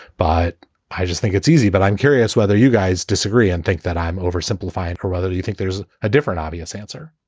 but i just think it's easy. but i'm curious whether you guys disagree and think that i'm oversimplifying. or rather, do you think there's a different obvious answer?